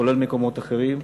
כולל מקומות אחרים,